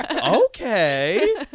Okay